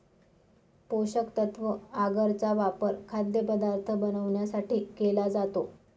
पोषकतत्व आगर चा वापर खाद्यपदार्थ बनवण्यासाठी केला जातो